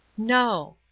no.